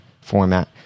format